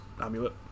Amulet